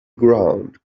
ground